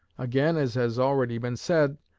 again, as has already been said,